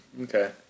Okay